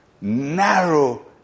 Narrow